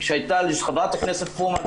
חברת הכנסת אורלי פרומן,